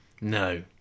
No